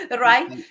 right